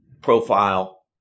profile